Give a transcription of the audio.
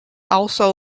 also